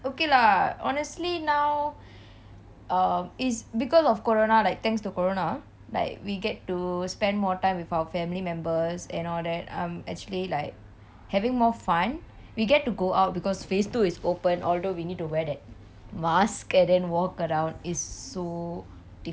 okay lah honestly now err is um is because of corona like thanks to corona like we get to spend more time with our family members and all that I'm actually like having more fun we get to go out because phase two is open although we need to wear that mask and then walk around is so difficult